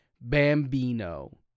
Bambino